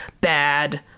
bad